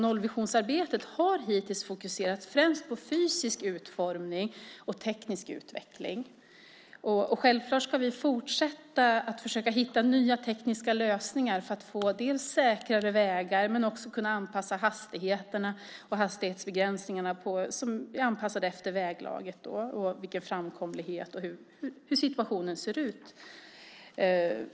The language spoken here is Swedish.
Nollvisionsarbetet har hittills fokuserat främst på fysisk utformning och teknisk utveckling. Självklart ska vi fortsätta att försöka hitta nya tekniska lösningar för att få säkrare vägar men också för att vi ska kunna få hastighetsbegränsningar som är anpassade efter väglaget, framkomligheten och hur situationen ser ut.